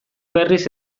berriz